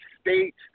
state